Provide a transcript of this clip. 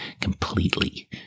completely